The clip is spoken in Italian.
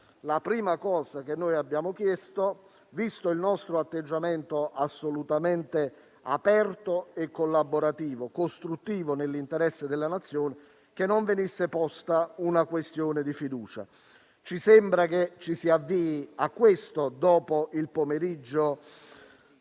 la prima cosa che abbiamo chiesto, visto il nostro atteggiamento assolutamente aperto, collaborativo e costruttivo nell'interesse della Nazione, era che non venisse posta la questione di fiducia. Ci sembra però che ci si avvii a questo, dopo il pomeriggio